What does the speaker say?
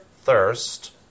thirst